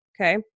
Okay